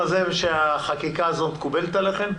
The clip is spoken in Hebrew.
החקיקה הזו מקובלת עליכם?